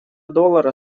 доллара